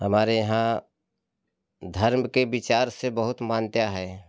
हमारे यहाँ धर्म के विचार से बहुत मान्यता है